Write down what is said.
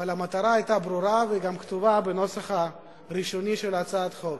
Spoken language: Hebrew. אבל המטרה היתה ברורה והיא גם כתובה בנוסח הראשוני של הצעת החוק.